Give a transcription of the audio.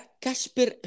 Kasper